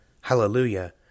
Hallelujah